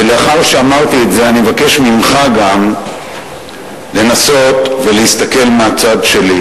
ולאחר שאמרתי את זה אני מבקש ממך גם לנסות ולהסתכל מהצד שלי,